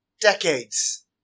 decades